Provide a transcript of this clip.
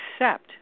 accept